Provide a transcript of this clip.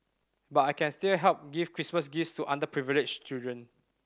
but I can still help give Christmas gifts to underprivileged children